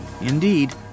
Indeed